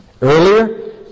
Earlier